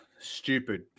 stupid